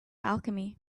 alchemy